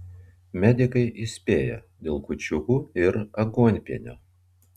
medikai įspėja dėl kūčiukų ir aguonpienio